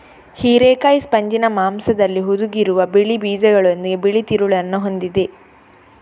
ಹಿರೇಕಾಯಿ ಸ್ಪಂಜಿನ ಮಾಂಸದಲ್ಲಿ ಹುದುಗಿರುವ ಬಿಳಿ ಬೀಜಗಳೊಂದಿಗೆ ಬಿಳಿ ತಿರುಳನ್ನ ಹೊಂದಿದೆ